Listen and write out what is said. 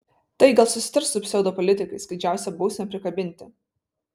tai gal susitars su pseudopolitikais kad didžiausią bausmę prikabinti